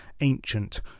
ancient